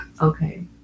okay